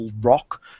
rock